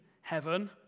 heaven